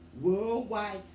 worldwide